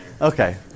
Okay